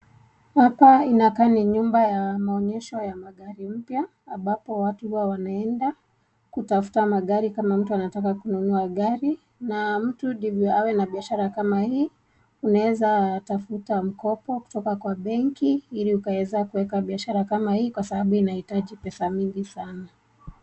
Hapa inakaa kama nyumba ya maonyeshi ya magari mpya ambapo watu wanaenda kutafuta magari kama mtu anataka kununua gari, na mtu ndio awe na biashara kama hii unaeza tafuta mkopo kutoka kwa bengi hili ukaweza kuweka biashara kama hii Kwa sababu inaitaji pesa mingi sana